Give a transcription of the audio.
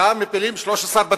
שם מפילים 13 בתים.